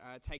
take